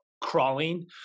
crawling